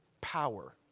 power